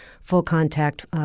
full-contact